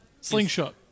slingshot